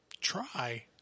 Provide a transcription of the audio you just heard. Try